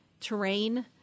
terrain